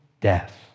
death